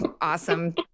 awesome